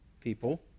people